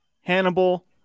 Hannibal